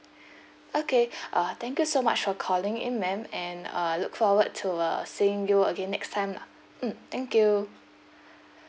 okay uh thank you so much for calling in ma'am and uh look forward to uh seeing you again next time lah mm thank you